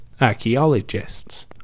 Archaeologists